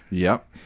yep.